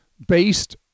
based